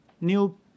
new –